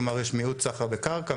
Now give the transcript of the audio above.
כלומר יש מיעוט סחר בקרקע,